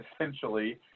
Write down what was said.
essentially